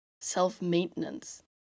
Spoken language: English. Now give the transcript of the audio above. self-maintenance